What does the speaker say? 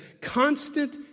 Constant